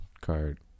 Card